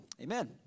amen